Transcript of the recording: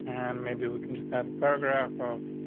and maybe we can just have the paragraph of